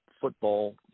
football